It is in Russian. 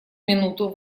минуту